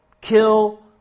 kill